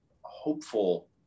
hopeful